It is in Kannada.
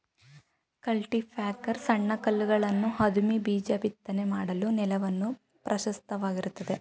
ಕಲ್ಟಿಪ್ಯಾಕರ್ ಸಣ್ಣ ಕಲ್ಲುಗಳನ್ನು ಅದುಮಿ ಬೀಜ ಬಿತ್ತನೆ ಮಾಡಲು ನೆಲವನ್ನು ಪ್ರಶಸ್ತವಾಗಿರುತ್ತದೆ